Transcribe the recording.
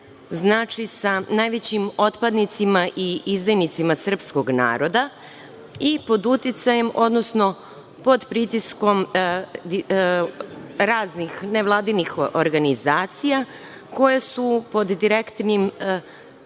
sa najvećim otpadnicima i izdajnicima srpskog naroda i pod uticajem, odnosno pod pritiskom raznih nevladinih organizacija koje su pod direktnom